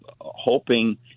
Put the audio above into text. hoping